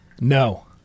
No